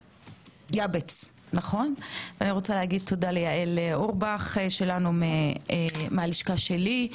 יבץ, ליעל אורבך שלנו מהלשכה שלי,